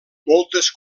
moltes